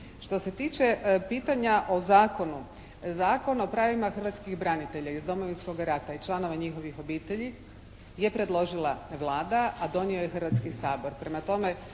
Što se tiče pitanja o Zakonu, Zakon o pravima hrvatskih branitelja iz Domovinskog rata i članova njihovih obitelji je predložila Vlada a donio je Hrvatski sabor.